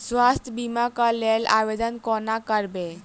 स्वास्थ्य बीमा कऽ लेल आवेदन कोना करबै?